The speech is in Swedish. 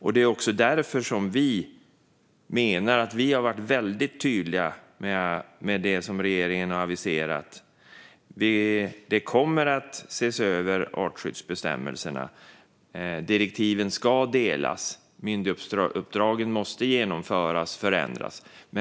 Nu slår man på stora trumman här, men vi menar att vi har varit väldigt tydliga med det som regeringen har aviserat: Artskyddsbestämmelserna kommer att ses över. Direktiven ska delas. Myndighetsuppdragen måste genomföras och förändras.